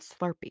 Slurpee